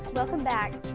welcome back.